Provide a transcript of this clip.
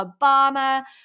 Obama